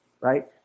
right